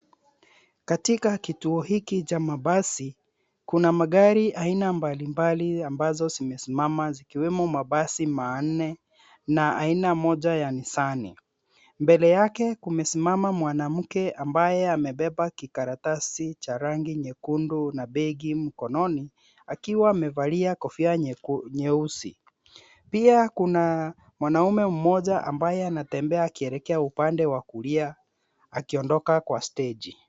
Katika kituo hiki cha mabasi kuna magari aina mbalimbali ambazo zimesimama zikiwemo mabasi manne na aina moja ya nisani, mbele yake kumesimama mwanamke ambaye amebeba kikaratasi cha rangi nyekundu na begi mkononi akiwa amevalia kofia nyeusi, pia kuna mwanaume mmoja ambaye anatembea akielekea upande wa kulia akiondoka kwa steji.